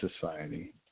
society